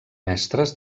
mestres